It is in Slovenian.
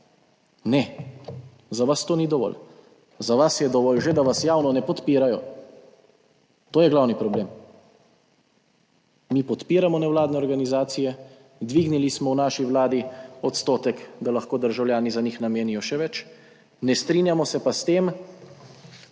Ne, za vas to ni dovolj. Za vas je dovolj že, da vas javno ne podpirajo. To je glavni problem. Mi podpiramo nevladne organizacije, dvignili smo v naši vladi odstotek, da lahko državljani za njih namenijo še več. Ne strinjamo se pa s tem,